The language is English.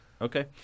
Okay